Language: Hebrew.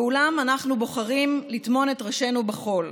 אולם, אנחנו בוחרים לטמון את ראשינו בחול.